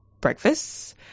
breakfast